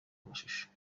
mashusho